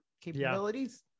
capabilities